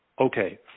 Okay